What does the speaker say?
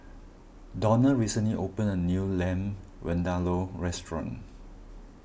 Donald recently opened a new Lamb Vindaloo restaurant